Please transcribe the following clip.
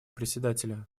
председателя